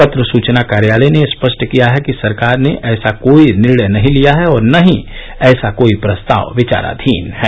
पत्र सुचना कार्यालय ने स्पष्ट किया है कि सरकार ने ऐसा कोई निर्णय नहीं लिया है और न ही ऐसा कोई प्रस्ताव विचाराधीन है